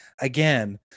again